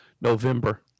November